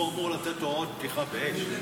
הוא אמור לתת הוראות פתיחה באש.